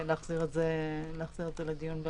נכון.